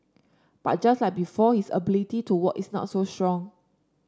but just like before his ability to walk is not so strong